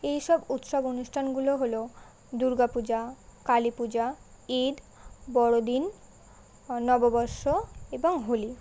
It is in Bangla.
এইসব উৎসব অনুষ্ঠানগুলো হলো দুর্গা পূজা কালী পূজা ঈদ বড়োদিন নববর্ষ এবং হোলি